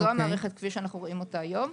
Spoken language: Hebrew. זו המערכת כפי שאנו רואים אותה כיום.